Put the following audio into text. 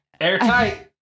airtight